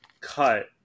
cut